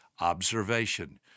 observation